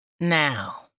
Now